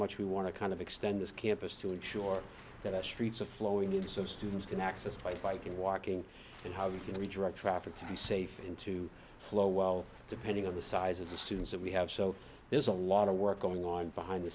much we want to kind of extend this campus to ensure that our streets of flowing in so students can access by bike and walking and how you can redirect traffic to be safe into flow well depending on the size of the students that we have so there's a lot of work going on behind the